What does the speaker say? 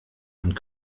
and